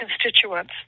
constituents